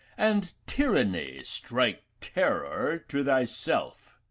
and, tyranny, strike terror to thy self.